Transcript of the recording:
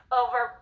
over